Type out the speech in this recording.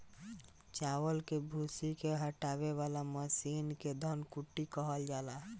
चावल के भूसी के हटावे वाला मशीन के धन कुटी कहल जाला